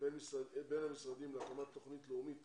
בין המשרדים להקמת תוכנית לאומית